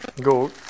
Go